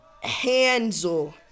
Hansel